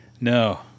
no